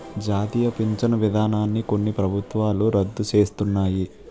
జాతీయ పించను విధానాన్ని కొన్ని ప్రభుత్వాలు రద్దు సేస్తన్నాయి